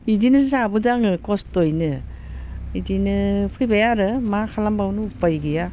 बिदिनो जाबोदों आङो खस्थ'यैनो बिदिनो फैबाय आरो मा खालामबावनो उफाय गैया